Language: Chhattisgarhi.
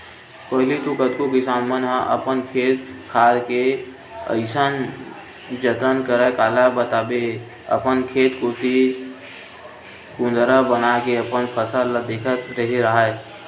पहिली तो कतको किसान मन ह अपन खेत खार के अइसन जतन करय काला बताबे अपन खेत कोती कुदंरा बनाके अपन फसल ल देखत रेहे राहय